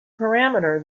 parameter